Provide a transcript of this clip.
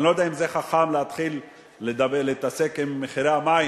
אני לא יודע אם זה חכם להתחיל להתעסק עם מחירי המים,